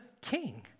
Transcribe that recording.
king